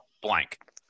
blank